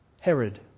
Herod